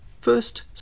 First